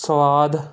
ਸਵਾਦ